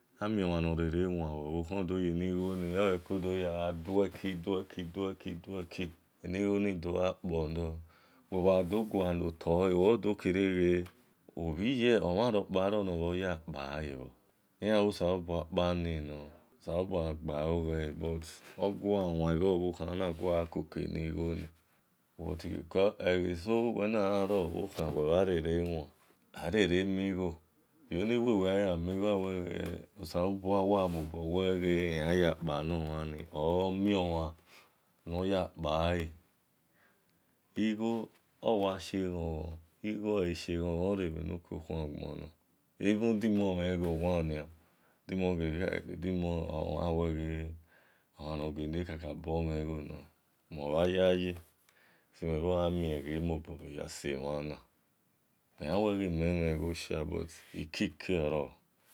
Amiomhan nor rere wan odoijenighon ofekodo yargha due kiueki due ki enighoni dogha kpolor wel gha dogualo tole wel dor bhor yo kpae eyan bho selobua kpani nor solobua gbalo ghele but ogua wan egho bhokhan ona gua koken-gho robhokhan wel na rere wan arere mi-gho solobua wa mobo wel ghe oyan ya kpa no mhani or omi mhan nor ya kpale igho ogha shie ghon-ghon igho oleshie ghon ghon re bhe nu kokhuan gbon na dimo aweghe omhan nor bhe kakabor mheghor nor mel bha yayi simobho yan mie ghe mobo yo se mhana mel mha wel ghe mel mhe gho shal but ikike oro